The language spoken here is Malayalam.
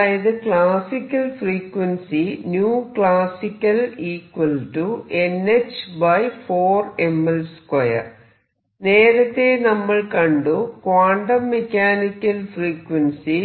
അതായത് ക്ലാസിക്കൽ ഫ്രീക്വൻസി നേരത്ത നമ്മൾ കണ്ടു ക്വാണ്ടം മെക്കാനിക്കൽ ഫ്രീക്വൻസി